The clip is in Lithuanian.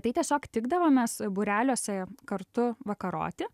tai tiesiog tikdavomės būreliuose kartu vakaroti